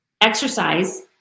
exercise